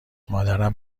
مادرم